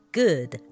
good